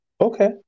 Okay